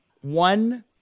one